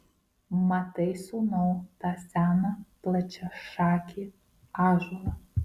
matai sūnau tą seną plačiašakį ąžuolą